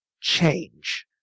change